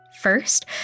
First